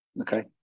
Okay